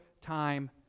time